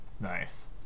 Nice